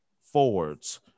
forwards